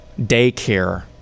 daycare